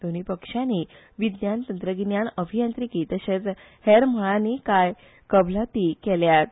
दोनूय पक्षानी विज्ञान वंत्रज्ञान अभियांत्रिकी तर्शेच हेर मळानी कांय कबलातीय केल्यात